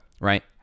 right